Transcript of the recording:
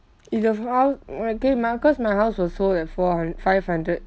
if the house okay mah cause my house was sold at four hun~ five hundred